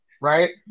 Right